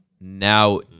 now